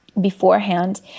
beforehand